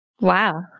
Wow